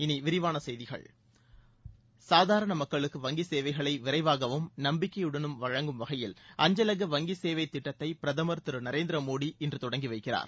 இனி விரிவான செய்திகள் சாதாரண மக்களுக்கு வங்கி சேவைகளை விரைவாகவும் நம்பிக்கையுடனும் வழங்கும் வகையில் அஞ்சலக வங்கி சேவை திட்டத்தை பிரதமர் திரு நரேந்திர மோடி இன்று தொடங்கி வைக்கிறார்